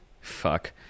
fuck